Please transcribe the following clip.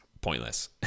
pointless